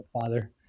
father